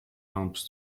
alms